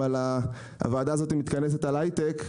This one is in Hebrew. הוועדה הזאת מתכנסת לדיון על הייטק,